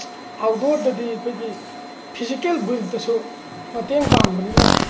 ꯑꯥꯎꯠꯗꯣꯔꯗꯗꯤ ꯑꯩꯈꯣꯏꯒꯤ ꯐꯤꯖꯤꯀꯦꯜ ꯒꯨꯏꯜꯗꯁꯨ ꯃꯇꯦꯡ ꯄꯥꯡꯕꯅꯤꯅ